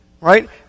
Right